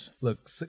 look